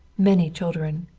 many children.